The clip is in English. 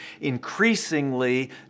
increasingly